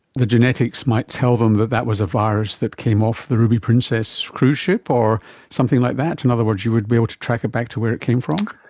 the genetics might tell them that that was a virus that came off the ruby princess cruise ship or something like that? in and other words, you would be able to track it back to where it came from?